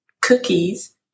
cookies